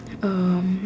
um